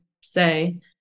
say